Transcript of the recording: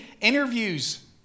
interviews